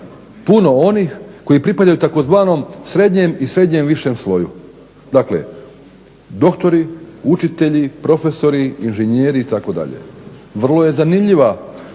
puno onih koji pripadaju tzv. srednjem i srednjem višem sloju. Dakle, doktori, učitelji, profesori, inženjeri itd.. Vrlo je zanimljiva